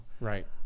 Right